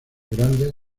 grandes